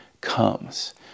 comes